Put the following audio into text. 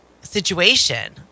situation